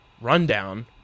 rundown